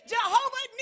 Jehovah